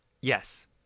yes